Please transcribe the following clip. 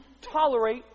tolerate